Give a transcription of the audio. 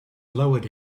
lowered